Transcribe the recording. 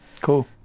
Cool